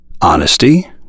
honesty